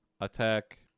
attack